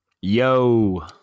Yo